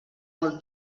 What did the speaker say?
molt